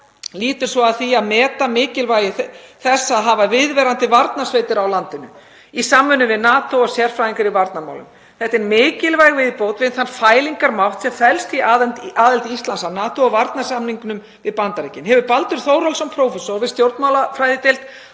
lýtur svo að því að meta mikilvægi þess að hafa viðvarandi varnarsveitir á landinu í samvinnu við NATO og sérfræðinga í varnarmálum. Þetta er mikilvæg viðbót við þann fælingarmátt sem felst í aðild Íslands að NATO og varnarsamningnum við Bandaríkin. Baldur Þórhallsson, prófessor við stjórnmálafræðideild